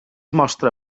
mostra